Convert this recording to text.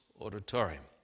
Auditorium